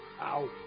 Ow